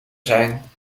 zijn